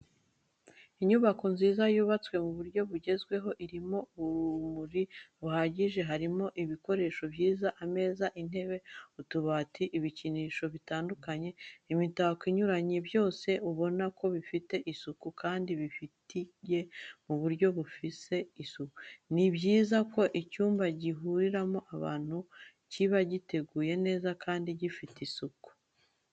Inyubako nziza yubatswe mu buryo bugezweho irimo urumuri ruhagije, harimo ibikoresho byiza, ameza, intebe, utubati, ibikinisho bitandukanye, imitako inyuranye byose ubona ko bifite isuku kandi biteguye mu buryo bufite isuku. Ni byiza ko icyumba gihuriramo abantu kiba giteguye neza kandi gifite isuku.